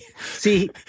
See